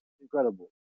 Incredible